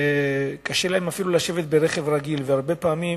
וקשה להם אפילו לשבת ברכב רגיל, הרבה פעמים